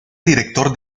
director